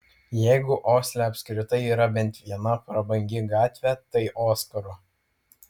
jeigu osle apskritai yra bent viena prabangi gatvė tai oskaro